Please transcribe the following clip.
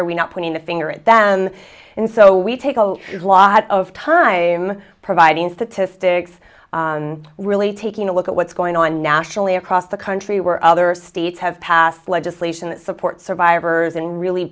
are we not pointing the finger at them and so we take a lot of time providing statistics really taking a look at what's going on nationally across the country where other states have passed legislation that support survivors and really